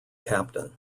captain